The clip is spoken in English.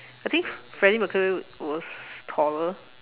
I think Freddie-Mercury was taller